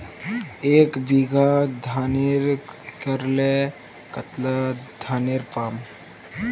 एक बीघा धानेर करले कतला धानेर पाम?